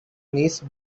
niece